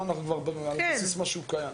פה אנחנו כבר על בסיס משהו קיים.